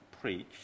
preach